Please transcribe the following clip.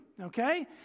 okay